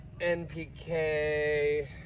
npk